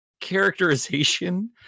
characterization